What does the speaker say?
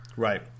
Right